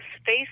Space